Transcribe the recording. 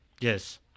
yes